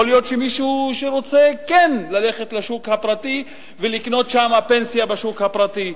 יכול להיות שמישהו כן רוצה ללכת לשוק הפרטי ולקנות פנסיה שם בשוק הפרטי.